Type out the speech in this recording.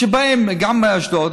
כשבאים גם מאשדוד,